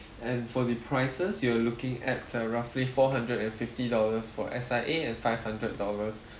and for the prices you are looking at uh roughly four hundred and fifty dollars for S_I_A and five hundred dollars